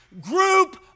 group